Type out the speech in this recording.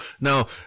Now